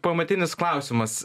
pamatinis klausimas